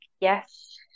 yes